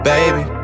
Baby